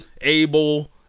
Abel